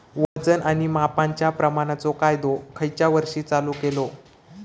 वजन आणि मापांच्या प्रमाणाचो कायदो खयच्या वर्षी चालू केलो?